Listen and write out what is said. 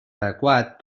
adequat